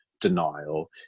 denial